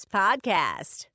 podcast